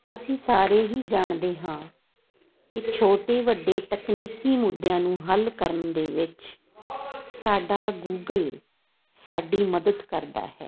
ਅਸੀਂ ਸਾਰੇ ਹੀ ਜਾਣਦੇ ਹਾਂ ਕਿ ਛੋਟੇ ਵੱਡੇ ਤਕਨੀਕੀ ਮੁੱਦਿਆਂ ਨੂੰ ਹੱਲ ਕਰਨ ਦੇ ਵਿੱਚ ਸਾਡਾ ਗੂਗਲ ਸਾਡੀ ਮਦਦ ਕਰਦਾ ਹੈ